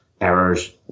errors